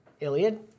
Iliad